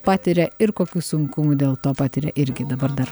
patiria ir kokių sunkumų dėl to patiria irgi dabar dar